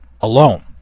alone